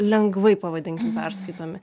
lengvai pavadinkim perskaitomi